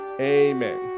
Amen